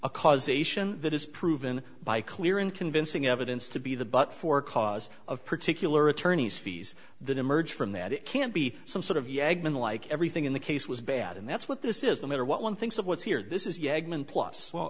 a causation that is proven by clear and convincing evidence to be the but for cause of particular attorneys fees that emerge from that it can't be some sort of yeah going like everything in the case was bad and that's what this is no matter what one thinks of what's here this is yeah go and plus well